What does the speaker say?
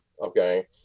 okay